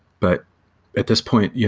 but at this point, yeah